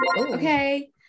okay